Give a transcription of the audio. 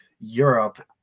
Europe